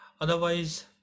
otherwise